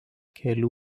kelių